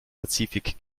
pazifik